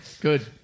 Good